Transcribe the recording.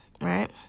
right